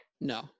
No